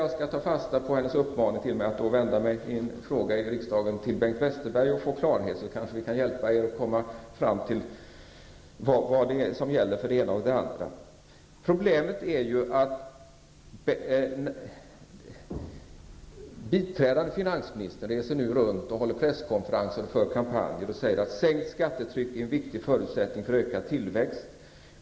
Jag skall ta fasta på hennes uppmaning till mig att vända min fråga i riksdagen till Bengt Westerberg. Det kanske kan ge klarhet och kan hjälpa er att komma fram till vad som gäller för det ena och det andra. Problemet är att biträdande finansministern reser runt och håller presskonferenser och genomför kampanjer. Han säger att ett sänkt skattetryck är en viktig förutsättning för ökad tillväxt.